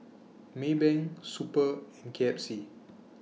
Maybank Super and K F C